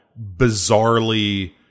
bizarrely